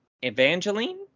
Evangeline